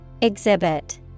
Exhibit